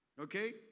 Okay